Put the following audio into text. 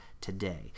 today